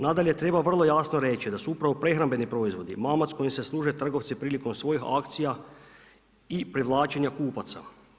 Nadalje, treba vrlo jasno reći da su upravo prehrambeni proizvodi mamac kojim se služe trgovci prilikom svojih akcija i privlačenja kupaca.